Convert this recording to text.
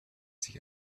sich